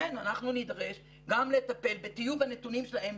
אנחנו נידרש גם לטפל בטיוב הנתונים שלהם,